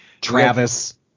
Travis